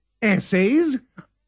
essays